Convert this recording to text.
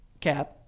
Cap